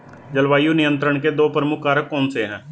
जलवायु नियंत्रण के दो प्रमुख कारक कौन से हैं?